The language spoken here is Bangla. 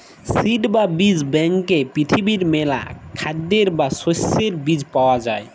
সিড বা বীজ ব্যাংকে পৃথিবীর মেলা খাদ্যের বা শস্যের বীজ পায়া যাই